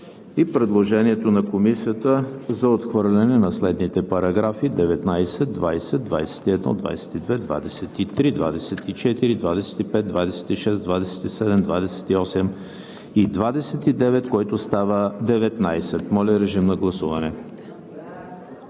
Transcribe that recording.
и предложението на Комисията за отхвърляне на следните параграфи 19, 20, 21, 22, 23, 24, 25, 26, 27, 28 и 29, който става 19. Гласували